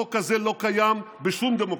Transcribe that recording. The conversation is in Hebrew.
חוק כזה לא קיים בשום דמוקרטיה,